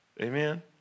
Amen